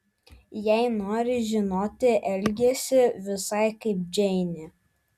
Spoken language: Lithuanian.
jei nori žinot elgiesi visai kaip džeinė